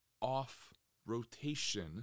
off-rotation